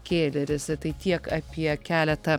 kėleris tai tiek apie keletą